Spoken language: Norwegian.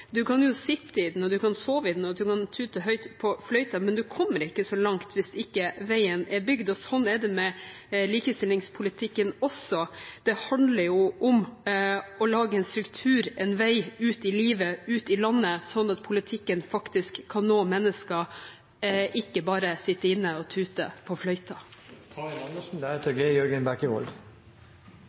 kan sitte i den, man kan sove i den, og man kan tute høyt i fløyta, men man kommer ikke så langt hvis veien ikke er bygd. Slik er det med likestillingspolitikken også. Det handler om å lage en struktur, en vei, ut i livet, ut i landet, slik at politikken kan nå mennesker – ikke om bare å sitte inne og tute